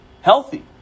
healthy